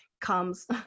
comes